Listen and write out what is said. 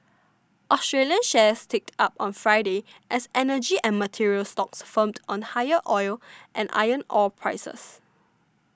Australian shares ticked up on Friday as energy and materials stocks firmed on higher oil and iron ore prices